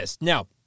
Now